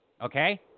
okay